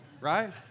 Right